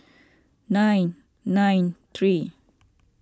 nine nine three